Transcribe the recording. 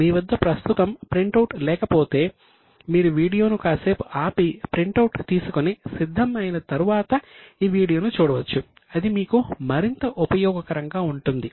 మీ వద్ద ప్రస్తుతం print out లేకపోతే మీరు వీడియోను కాసేపు ఆపి ప్రింట్ అవుట్ తీసుకొని సిద్ధం అయిన తర్వాత ఈ వీడియోను చూడవచ్చు అది మీకు మరింత ఉపయోగకరంగా ఉంటుంది